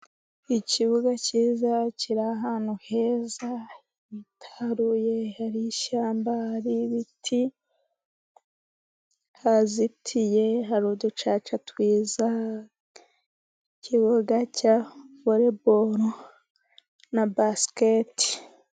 Ikibuga cyiza kiri ahantu heza hitaruye hari ishyamba ,hari ibiti hazitiye, hari uducaca twiza ,ikibuga cya volebolo na basikete.